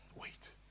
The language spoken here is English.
Wait